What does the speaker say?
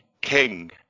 King